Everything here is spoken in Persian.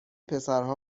پسرها